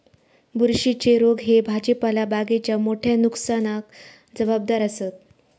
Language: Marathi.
बुरशीच्ये रोग ह्ये भाजीपाला बागेच्या मोठ्या नुकसानाक जबाबदार आसत